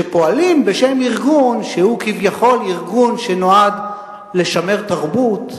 שפועלים בשם ארגון שהוא כביכול ארגון שנועד לשמר תרבות.